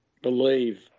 believe